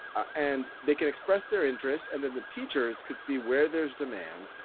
and they can express their interest. and then the teachers could see where there's demand.